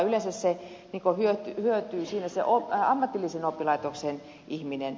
yleensä siinä hyötyy se ammatillisen oppilaitoksen ihminen